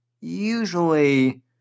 usually